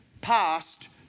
passed